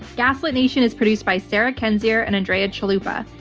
gaslit nation is produced by sarah kendzior and andrea chalupa.